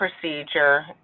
procedure